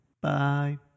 Bye